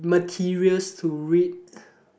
materials to read